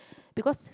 because